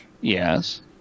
Yes